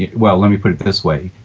well let me put it this way,